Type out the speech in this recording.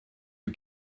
you